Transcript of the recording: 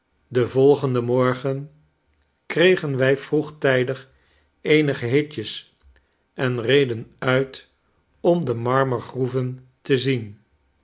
den volgenden morgen kregen wij vroegtijdig eenige hitjes en reden uit om de marmergroeven te zien